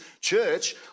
church